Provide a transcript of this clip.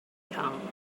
come